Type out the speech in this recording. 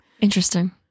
Interesting